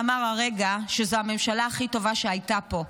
ואמר הרגע שזאת הממשלה הכי טובה שהייתה פה.